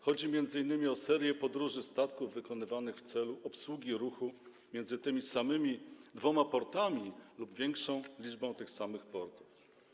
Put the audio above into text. Chodzi m.in. o serię podróży statku wykonywanych w celu obsługi ruchu między tymi samymi dwoma portami lub większą liczbą tych samych portów.